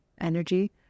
energy